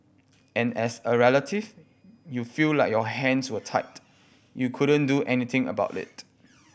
and as a relative you feel like your hands were tied you couldn't do anything about it